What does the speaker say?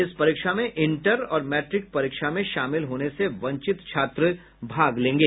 इस परीक्षा में इंटर और मैट्रिक परीक्षा में शामिल होने से वंचित छात्र भाग लेंगे